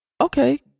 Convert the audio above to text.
Okay